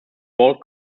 walled